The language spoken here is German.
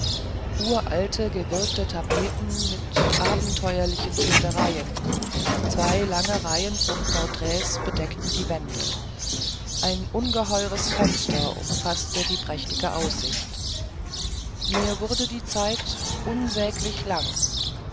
uralte gewirkte tapeten mit abenteuerlichen schildereien zwei lange reihen von porträts bedeckten die wände ein ungeheures fenster umfaßte die prächtigste aussicht mir wurde die zeit unsäglich lang